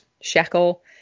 Shackle